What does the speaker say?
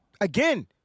Again